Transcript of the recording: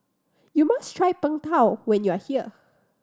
you must try Png Tao when you are here